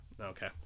Okay